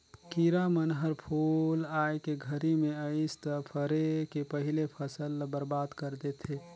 किरा मन हर फूल आए के घरी मे अइस त फरे के पहिले फसल ल बरबाद कर देथे